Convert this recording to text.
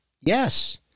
yes